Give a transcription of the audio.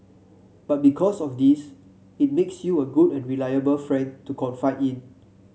but because of this it makes you a good and reliable friend to confide in